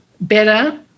better